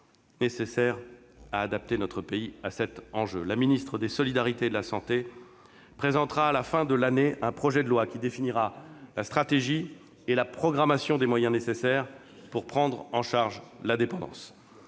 nécessaires pour préparer notre pays à cet enjeu. La ministre des solidarités et de la santé présentera, à la fin de l'année, un projet de loi qui définira la stratégie et la programmation des moyens nécessaires pour prendre en charge la dépendance.